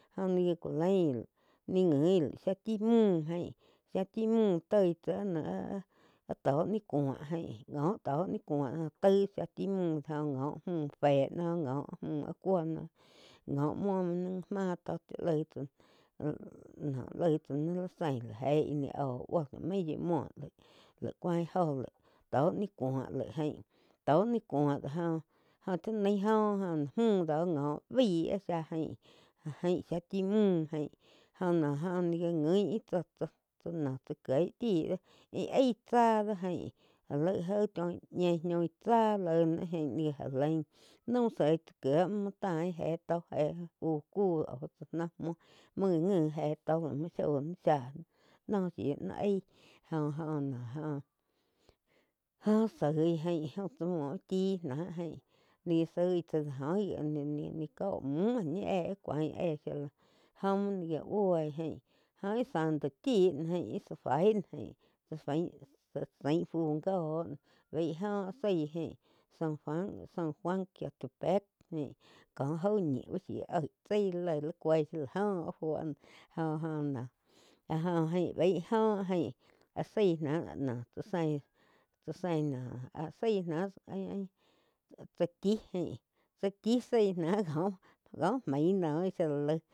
Óh nih já ku lain guin záh chi múh, shá chi mu toi tsá áh noh áh-áh tó ni cúo jain tó ni cuó taig záh chi múh ngo múh fé oh ngo áh cuo noh ngo muo ni gá máh tó chá laig, laig chá ni la zein la jeíh ni oh buo laih main yi muo laig cuain óh laig cuo ni cuó jain tó ni cúo do joh cha nain joh múh ngo baí áh yiáh jain, jain yiáh chi múh joh no ni gá nguin ih tsá. Tsá no tsá kieg chi do íh aíg tsá do jain la laig aih choin ñei tsáh loi náh jain ni gá já lain naum soi tsá kie muo, muo tain éh tó éh kuh áu tsá náh muo muo ngi éh tó muuo sho na shai náh noh shiu noh aí jo-jo óh soi ain jaum tsá muo úh chi náh ni gá soi tsá jo gi ni có múh óh ñi éh áh cuáin éh jó muo ni gá buoi jain jo íh santo chi no jain íh tsá sain fu gó baí óh áh zaái gain san juan quiotepec, ko jau ñi bá shiu oig tsái laig cui shíu la joh á fuo noh joh-joh noh joh jain baih joh ain áh záii náh tsá sein no áh zai náh tsá chí jaín tsá chí zái náh có maig no shía la laig.